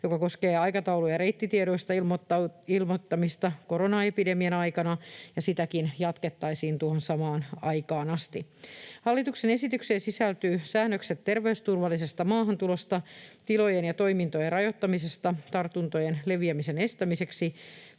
joka koskee aikataulu- ja reittitiedoista ilmoittamista koronaepidemian aikana, ja sitäkin jatkettaisiin tuohon samaan aikaan asti. Hallituksen esitykseen sisältyy säännökset terveysturvallisesta maahantulosta, tilojen ja toimintojen rajoittamisesta tartuntojen leviämisen estämiseksi,